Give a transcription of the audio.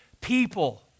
people